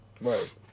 right